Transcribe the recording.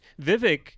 vivek